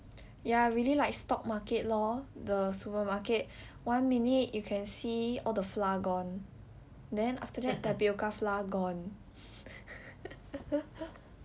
ya really like stock market lor the supermarket one minute you can see all the flour gone then after that tapioca flour gone